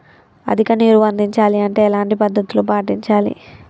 అధిక నీరు అందించాలి అంటే ఎలాంటి పద్ధతులు పాటించాలి?